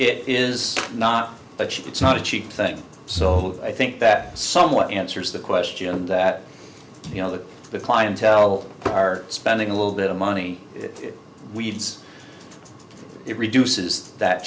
it is not but she it's not a cheap thing so i think that someone answers the question that you know that the clientele are spending a little bit of money weeds it reduces that